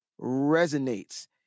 resonates